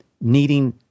needing